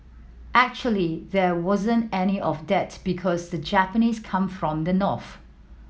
actually there wasn't any of that because the Japanese came from the north